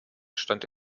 stand